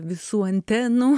visų antenų